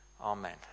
Amen